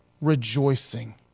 rejoicing